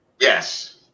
Yes